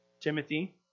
Timothy